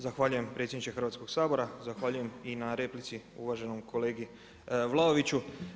Zahvaljujem predsjedniče Hrvatskog sabora, zahvaljujem i na replici uvaženom kolegi Vlaoviću.